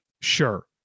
Sure